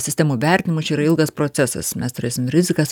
sistemų vertinimo čia yra ilgas procesas mes turėsim rizikas